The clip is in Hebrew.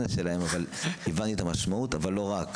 בקשת הוועדה לאפשר את השמת הדימותנים והכשרת הדימותנים לא רק במרכז